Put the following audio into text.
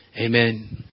amen